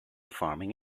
farming